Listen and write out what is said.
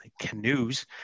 canoes